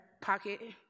pocket